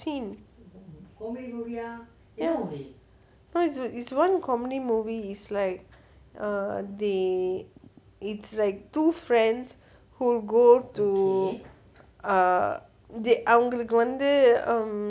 seen ya is one is one comedy movie is like uh they it's like two friends who go to ah அவுங்களுக்கு வந்து:avungalukku vanthu um